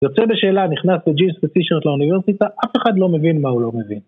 יוצא בשאלה נכנס בג'ינס וטישרט לאוניברסיטה, אף אחד לא מבין מה הוא לא מבין.